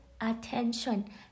attention